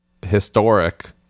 historic